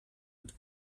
had